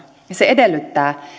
se edellyttää